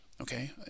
okay